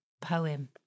poem